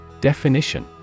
Definition